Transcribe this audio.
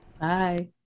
Bye